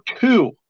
two